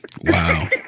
Wow